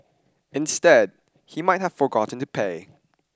instead he might have forgotten to pay